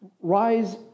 Rise